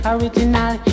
Original